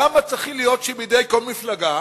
למה צריכים להיות בידי כל מפלגה